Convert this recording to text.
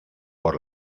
por